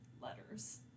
letters